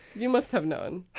you must have known.